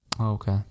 okay